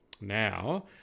now